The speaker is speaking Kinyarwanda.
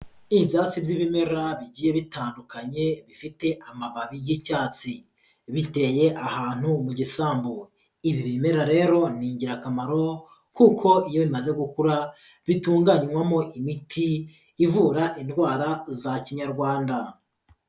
Ibyatsi by'ibimera bigiye bitandukanye bifite amababi y'icyatsi. Biteye ahantu mu gisambu. Ibi bimera rero ni ingirakamaro kuko iyo bimaze gukura bitunganywamo imiti ivura indwara za kinyarwanda.